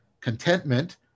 contentment